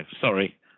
sorry